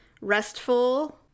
restful